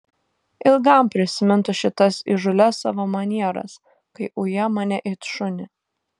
ilgam prisimintų šitas įžūlias savo manieras kai uja mane it šunį